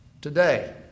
today